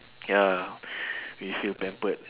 ya we feel pampered